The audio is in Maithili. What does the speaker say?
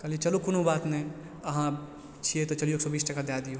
कहलियै चलू कोनो बात नहि अहाँ छियै तऽ चलियौ तऽ एक सए बीस टका दए दियौ